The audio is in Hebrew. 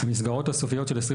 המסגרות הסופיות של 2023,